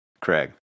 Craig